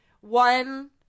one